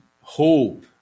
hope